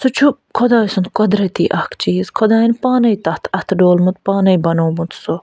سُہ چھُ خۄداے سُنٛد قدرتی اَکھ چیٖز خۄدایَن پانَے تَتھ اَتھٕ ڈولمُت پانَے بنومُت سُہ